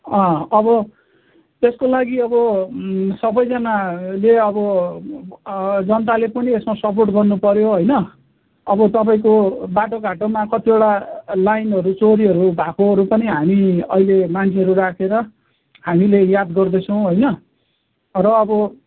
अँ अब यसको लागि अब सबैजनाले अब जनताले पनि यसमा सपोर्ट गर्नु पर्यो होइन अब तपाईँको बाटो घाटोमा कतिवटा लाइनहरू चोरीहरू भएकोहरू पनि हामी अहिले मान्छेहरू राखेर हामीले याद गर्दैछौँ होइन र अब